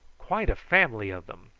quite a family of them,